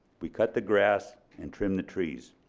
we cut the grass and trim the trees.